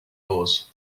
oars